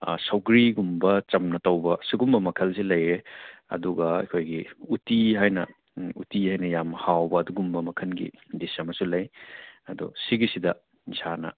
ꯁꯧꯒ꯭ꯔꯤꯒꯨꯝꯕ ꯆꯝꯅ ꯇꯧꯕ ꯁꯤꯒꯨꯝꯕ ꯃꯈꯜꯁꯦ ꯂꯩꯌꯦ ꯑꯗꯨꯒ ꯑꯩꯈꯣꯏꯒꯤ ꯎꯠꯇꯤ ꯍꯥꯏꯅ ꯎꯠꯇꯤ ꯍꯥꯏꯅ ꯌꯥꯝ ꯍꯥꯎꯕ ꯑꯗꯨꯒꯨꯝꯕ ꯃꯈꯜꯒꯤ ꯗꯤꯁ ꯑꯃꯁꯨ ꯂꯩ ꯑꯗꯨ ꯁꯤꯒꯤꯁꯤꯗ ꯏꯁꯥꯅ